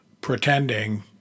pretending